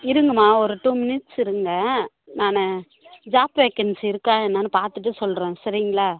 இருங்கம்மா ஒரு two minutes இருங்க நான் ஜாப் வேகன்ஸி இருக்கா என்னென்று பார்த்துட்டு சொல்லுறேன் சரிங்களா